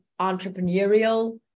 entrepreneurial